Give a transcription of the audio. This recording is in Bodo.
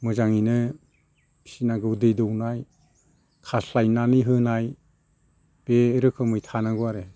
मोजाङैनो फिसिनांगौ दै दौनाय खास्लायनानै होनाय बे रोखोमै थानांगौ आरो